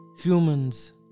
humans